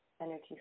Energy